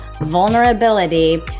vulnerability